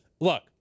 Look